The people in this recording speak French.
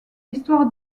histoire